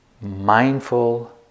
mindful